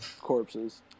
corpses